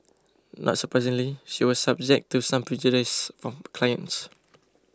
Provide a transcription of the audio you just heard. not surprisingly she was subject to some prejudice from clients